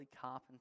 carpenter